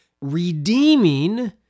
redeeming